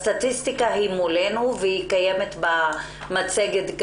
הסטטיסטיקה נמצאת מולנו וקיימת גם במצגת.